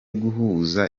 guhuza